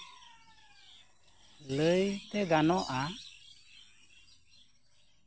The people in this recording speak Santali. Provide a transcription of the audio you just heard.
ᱞᱟᱹᱭᱛᱮ ᱜᱟᱱᱚᱜᱼᱟ